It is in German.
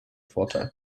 vorteil